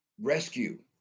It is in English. rescue